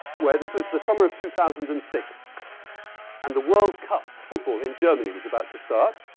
where this was the summer of two thousand and six and the world cup football in germany was about to start.